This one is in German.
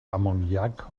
ammoniak